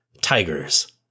Tigers